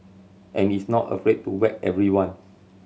and is not afraid to whack everyone